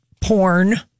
porn